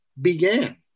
began